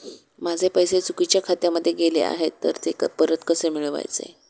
माझे पैसे चुकीच्या खात्यामध्ये गेले आहेत तर ते परत कसे मिळवायचे?